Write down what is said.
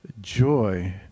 joy